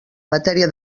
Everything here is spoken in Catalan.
matèria